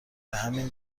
همین